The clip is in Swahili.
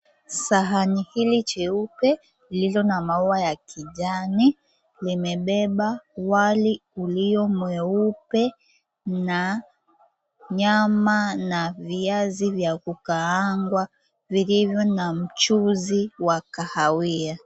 Sahani hili cheupe lililo na maua ya kijani limebeba wali ulio mweupe na nyama na viazi vya kukaangwa vilivyo na mchuzi wa kahawia.